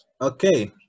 okay